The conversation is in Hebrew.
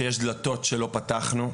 שיש דלתות שלא פתחנו,